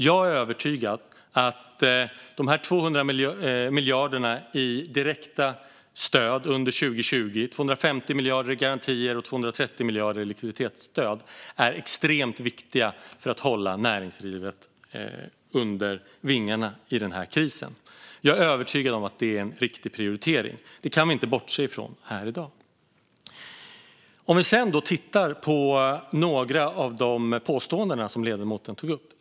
Jag är övertygad om att de 200 miljarderna i direkta stöd under 2020 - och 250 miljarder i garantier och 230 miljarder i likviditetsstöd - är extremt viktiga för att hålla näringslivet under vingarna i denna kris. Jag är övertygad om att det är en riktig prioritering. Det kan vi inte bortse från i dag. Vi kan sedan titta på några av de påståenden som ledamoten tog upp.